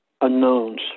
unknowns